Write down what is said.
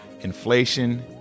Inflation